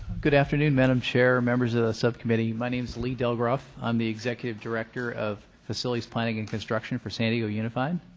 good afternoon, madam chair, members of the subcommittee. my name's lee dulgeroff. i'm the executive director of facilities planning and construction for san diego unified.